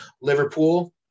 Liverpool